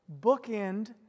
bookend